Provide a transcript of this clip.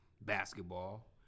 basketball